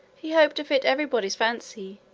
he hoped to fit everybody's fancy,